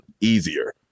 easier